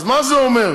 אז מה זה אומר?